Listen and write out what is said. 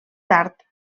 tard